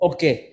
Okay